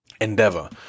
endeavor